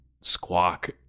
squawk